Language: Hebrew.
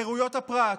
חירויות הפרט,